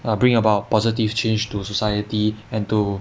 bringing about positive change to society and to